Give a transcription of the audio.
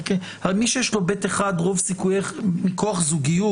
הרי מי שיש לו ב1 מכוח זוגיות,